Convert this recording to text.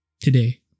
today